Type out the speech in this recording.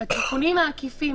התיקונים העקיפים,